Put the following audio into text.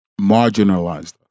marginalized